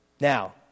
Now